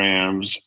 Rams